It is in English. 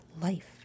life